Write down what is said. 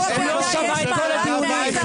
הוא לא שמע את כל הדיונים.